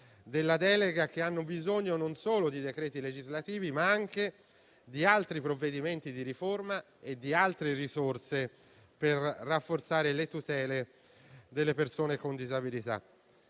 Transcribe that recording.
della delega, che hanno bisogno non solo di decreti attuativi, ma anche di altri provvedimenti di riforma e di altre risorse, per rafforzare le tutele delle persone con disabilità.